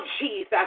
Jesus